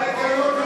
גלאון,